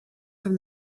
from